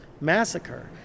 Massacre